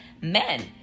men